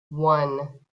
one